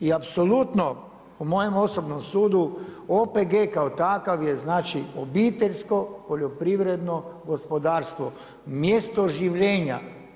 I apsolutno u moje osobnom sudu OPG kao takav je znači obiteljsko poljoprivredno gospodarstvo, mjesto življenja.